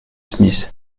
smith